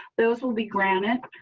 those will be granted